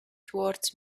towards